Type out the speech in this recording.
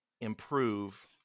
improve